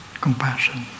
compassion